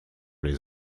les